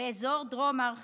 באזור דרום הר חברון.